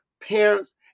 parents